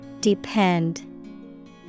Depend